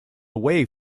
away